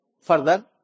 further